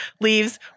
leaves